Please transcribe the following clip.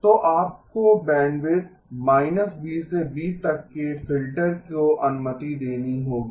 तो आपको bandwidth B से B तक के फिल्टर को अनुमति देनी होगी